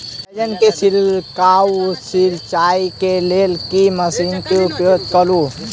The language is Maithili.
बैंगन केँ छिड़काव सिचाई केँ लेल केँ मशीन केँ प्रयोग करू?